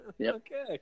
okay